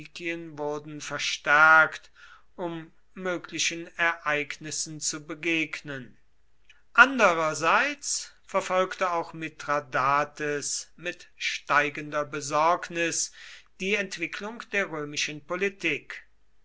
wurden verstärkt um möglichen ereignissen zu begegnen andererseits verfolgte auch mithradates mit steigender besorgnis die entwicklung der römischen politik